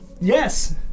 Yes